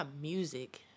music